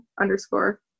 underscore